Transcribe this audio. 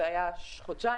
זה היה לפני חודשיים,